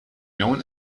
known